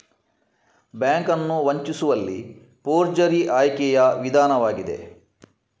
bank ಅನ್ನು ವಂಚಿಸುವಲ್ಲಿ forgery ಆಯ್ಕೆಯ ವಿಧಾನವಾಗಿದೆ